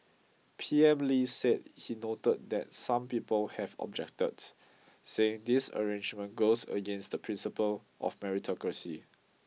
P M Lee said he noted that some people have objected saying this arrangement goes against the principle of meritocracy